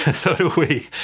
so do we,